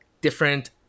different